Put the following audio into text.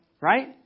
Right